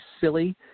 silly